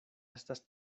estas